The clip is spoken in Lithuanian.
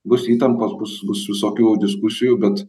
bus įtampos bus bus visokių diskusijų bet